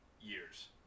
years